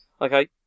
Okay